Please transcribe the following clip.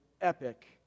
epic